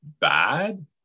bad